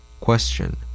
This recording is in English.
Question